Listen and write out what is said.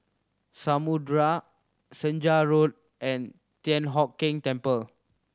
Samudera Senja Road and Thian Hock Keng Temple